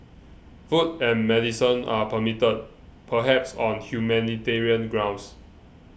food and medicine are permitted perhaps on humanitarian grounds